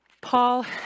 Paul